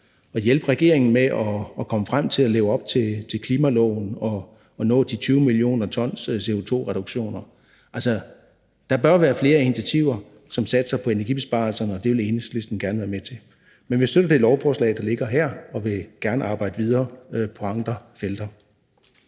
at hjælpe regeringen med at komme frem til at kunne leve op til klimaloven og nå de 20 millioner t CO2-reduktioner. Altså, der bør være flere initiativer, som satser på energibesparelser, og det vil Enhedslisten gerne være med til. Men vi støtter det lovforslag, der ligger her, og vil gerne arbejde videre på andre felter.